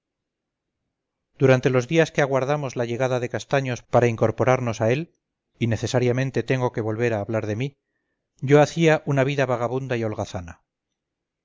durante los días que aguardamos la llegada de castaños para incorporamos a él y necesariamente tengo que volver a hablar de mí yo hacía una vida vagabunda y holgazana